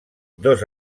dos